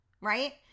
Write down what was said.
right